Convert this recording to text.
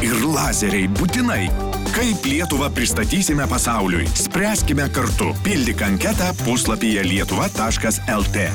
ir lazeriai būtinai kaip lietuvą pristatysime pasauliui spręskime kartu pildyk anketą puslapyje lietuva taškas lt